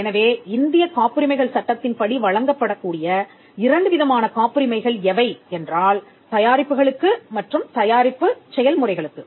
எனவே இந்தியக் காப்புரிமைகள் சட்டத்தின்படி வழங்கப்படக் கூடிய இரண்டு விதமான காப்புரிமைகள் எவை என்றால் தயாரிப்புகளுக்கு மற்றும் தயாரிப்பு செயல் முறைகளுக்கு